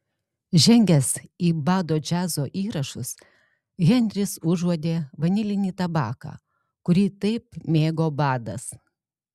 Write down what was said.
žengęs į bado džiazo įrašus henris užuodė vanilinį tabaką kurį taip mėgo badas